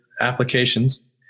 applications